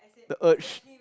the urge